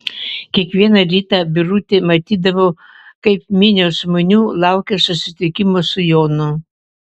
kiekvieną rytą birutė matydavo kaip minios žmonių laukia susitikimo su jonu